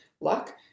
luck